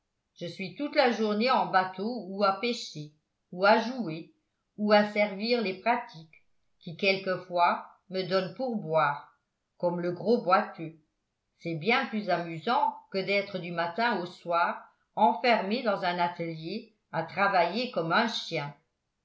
je suis toute la journée en bateau ou à pêcher ou à jouer ou à servir les pratiques qui quelquefois me donnent pour boire comme le gros boiteux c'est bien plus amusant que d'être du matin au soir enfermé dans un atelier à travailler comme un chien